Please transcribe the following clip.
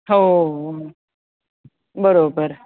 हो बरोबर